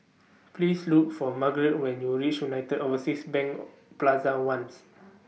Please Look For Margret when YOU REACH United Overseas Bank Plaza Ones